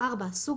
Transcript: סוג